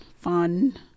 fun